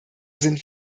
sind